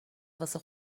واسه